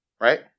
right